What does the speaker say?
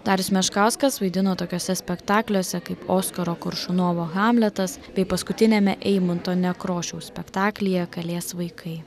darius meškauskas vaidino tokiuose spektakliuose kaip oskaro koršunovo hamletas bei paskutiniame eimunto nekrošiaus spektaklyje kalės vaikai